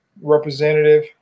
representative